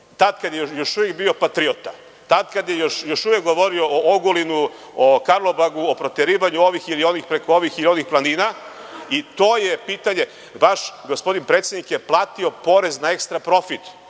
tada kada je još uvek bio patriota, tada kada je još uvek govorio o Ogulinu, o Karlobagu, o proterivanju ovih ili onih preko ovih i onih planina, i to je pitanje, a vas gospodin predsednik je platio porez na ekstra profit,